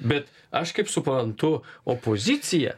bet aš kaip suprantu opozicija